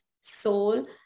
soul